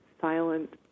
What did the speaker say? silent